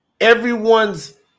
everyone's